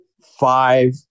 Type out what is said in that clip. five